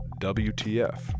WTF